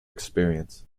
experience